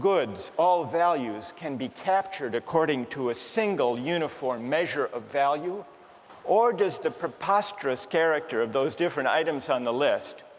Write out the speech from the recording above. goods all values can be captured according to a single uniform measure of value or does the preposterous character of those different items on the list